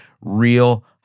real